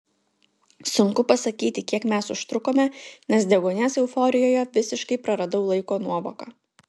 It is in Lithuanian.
sunku pasakyti kiek mes užtrukome nes deguonies euforijoje visiškai praradau laiko nuovoką